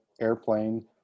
Airplane